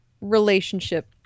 relationship